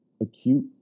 acute